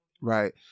right